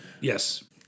Yes